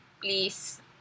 please